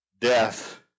death